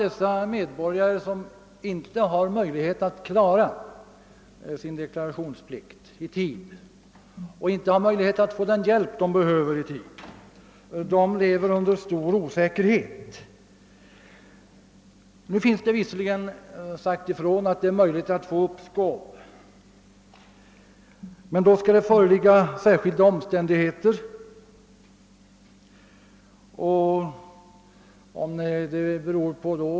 De medborgare, som inte har möjlighet att själva fullgöra sin deklarationsplikt och inte kan få den hjälp de behöver i tid, lever därför under stor osäkerhet. Visserligen har det påpekats att det är möjligt att få uppskov, men för sådant skall det föreligga särskilda omständigheter.